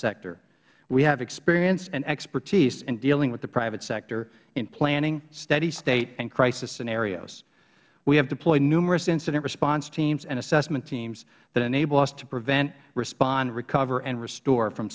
sector we have experience and expertise in dealing with the private sector in planning steady state and crisis scenarios we have deployed numerous incident response and assessment teams that enable us to prevent respond recover and restore from